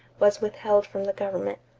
was withheld from the government.